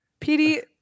PD